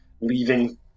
leaving